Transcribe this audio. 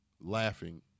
Laughing